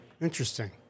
Interesting